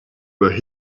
but